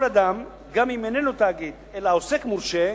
כל אדם, גם אם איננו תאגיד, אלא עוסק מורשה,